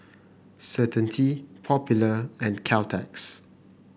Certainty Popular and Caltex